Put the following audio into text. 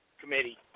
Committee